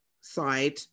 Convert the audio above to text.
side